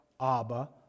Abba